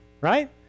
right